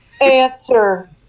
Answer